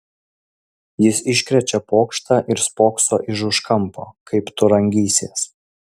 jis iškrečia pokštą ir spokso iš už kampo kaip tu rangysies